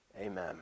Amen